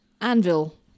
anvil